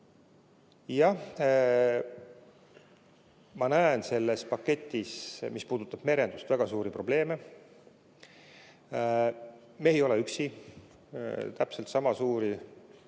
Jah, ma näen selles paketis, mis puudutab merendust, väga suuri probleeme. Me ei ole üksi, täpselt samal seisukohal